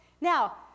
Now